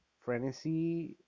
frenzy